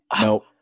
Nope